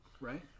right